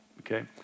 okay